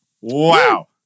wow